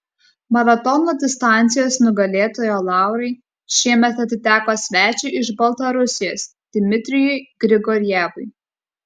maratono distancijos nugalėtojo laurai šiemet atiteko svečiui iš baltarusijos dmitrijui grigorjevui